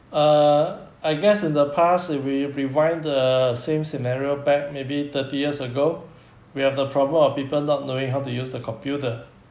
uh I guess in the past if we pr~ rewind the same scenario back maybe thirty years ago we have the problem of people not knowing how to use the computer